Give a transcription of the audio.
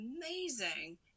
amazing